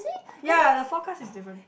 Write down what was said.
ya the forecast is different